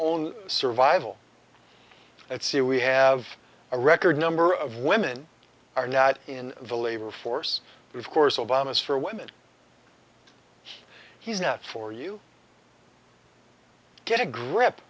own survival at sea we have a record number of women are not in the labor force of course obama's for women he's not for you get a grip